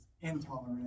intolerant